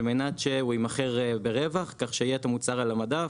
מנת שהוא יימכר ברווח כך שיהיה את המוצר על המדף.